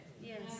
Yes